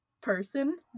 person